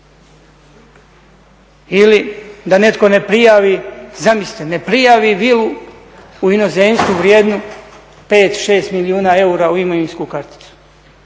Ili da netko ne prijavi, zamislite ne prijavi vilu u inozemstvu vrijednu 5, 6 milijuna eura u imovinsku karticu.